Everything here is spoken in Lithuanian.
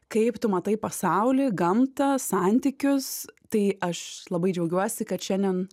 kaip tu matai pasaulį gamtą santykius tai aš labai džiaugiuosi kad šiandien